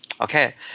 okay